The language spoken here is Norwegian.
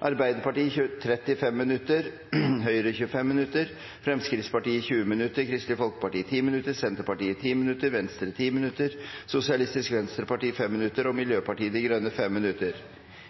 Arbeiderpartiet 35 minutter, Høyre 25 minutter, Fremskrittspartiet 20 minutter, Kristelig Folkeparti 10 minutter, Senterpartiet 10 minutter, Venstre 10 minutter, Sosialistisk Venstreparti 5 minutter og Miljøpartiet De Grønne 5 minutter.